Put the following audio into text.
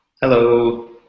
Hello